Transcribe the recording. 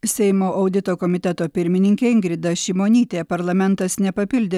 seimo audito komiteto pirmininkė ingrida šimonytė parlamentas nepapildė